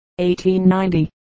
1890